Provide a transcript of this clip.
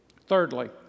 Thirdly